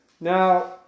Now